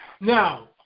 Now